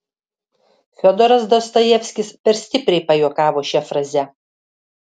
fiodoras dostojevskis per stipriai pajuokavo šia fraze